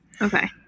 Okay